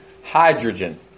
Hydrogen